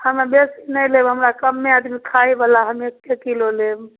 हम आओर बेसी नहि लेब हमे आओर कमे आदमी खाइवला हम एक्के किलो लेब